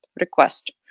Request